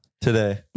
today